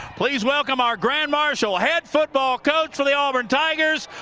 please welcome our grand marshal head football coach for the auburn tigers,